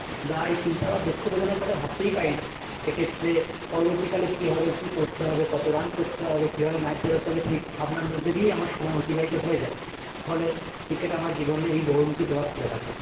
দায় চিন্তা বা দুঃখ বেদনার কথা ভাবতেই পারিনা সেক্ষেত্রে পরবর্তীকালে কী হবে কী করতে হবে কত রান করতে হবে কীভাবে ম্যাচ জেতাতে হবে সেই ভাবনার মধ্যে দিয়েই আমার সময় অতিবাহিত হয়ে যায় ফলে ক্রিকেট আমার জীবনে এই বহুর্মুখী প্রভাব ফেলে থাকে